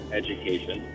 education